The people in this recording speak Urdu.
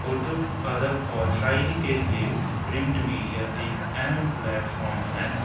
اردو ادب اور شاعری کے لیے بھی پرنٹ میڈیا ایک اہم پلیٹفام ہے